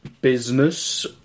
business